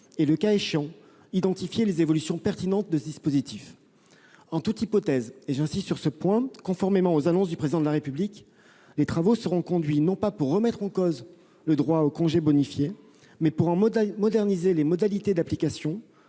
et, le cas échéant, d'identifier les évolutions pertinentes. En toute hypothèse, et j'insiste sur ce point, conformément aux annonces du Président de la République, les travaux seront conduits non pas pour remettre en cause le droit au congé bonifié, mais pour en moderniser les modalités d'application,